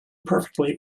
perfectly